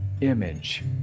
image